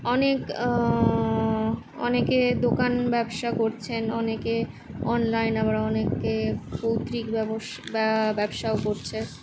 অনেক অনেকে দোকান ব্যবসা করছেন অনেকে অললাইন আবার অনেকে পৈত্রিক ব্যবসাও করছে